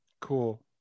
cool